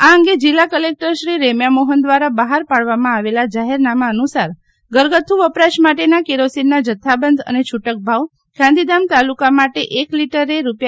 આ અંગે જિલ્લા કલેકટર રેમ્યા મોહન દ્વારા બહાર પાડવામાં આવેલા જાહેરનામા અનુસાર ઘરગથ્થું વપરાશ માટેના કેરોસીનના જથ્થાબંધ અને છૂટક ભાવ ગાંધીધામ તલુકા માટે એક લીટર રૂા